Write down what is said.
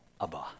Abba